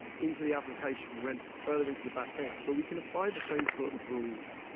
into the application. we went further into the back-end. but we can apply the same sort of rules